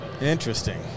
Interesting